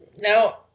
now